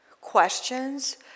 questions